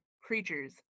creatures